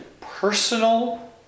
personal